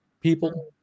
people